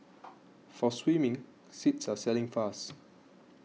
for swimming seats are selling fast